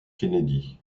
kennedy